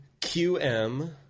QM